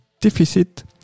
deficit